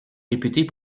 réputées